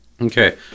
Okay